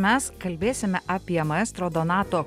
mes kalbėsime apie maestro donato